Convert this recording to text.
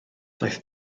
daeth